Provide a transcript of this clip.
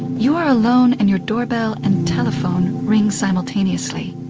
you are alone and your doorbell and telephone ring simultaneously?